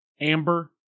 Amber